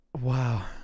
Wow